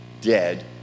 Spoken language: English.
dead